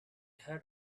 had